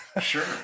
Sure